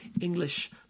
English